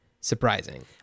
surprising